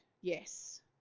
yes